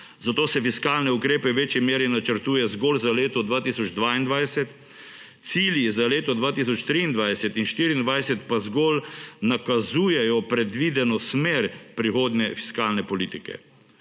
zato se fiskalne ukrepe v večji meri načrtuje zgolj za leto 2022, cilji za leti 2023 in 2024 pa zgolj nakazujejo predvideno smer prihodnje fiskalne politike.